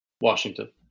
Washington